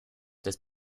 des